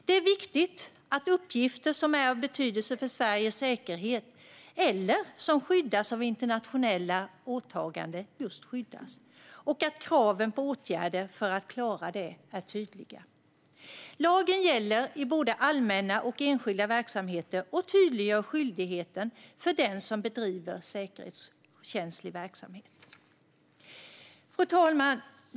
Det är viktigt att uppgifter som är av betydelse för Sveriges säkerhet eller som skyddas av internationella åtaganden just skyddas och att kraven på åtgärder för att klara det är tydliga. Lagen gäller i både allmänna och enskilda verksamheter och tydliggör skyldigheten för den som bedriver säkerhetskänslig verksamhet. Fru talman!